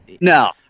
No